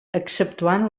exceptuant